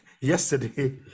Yesterday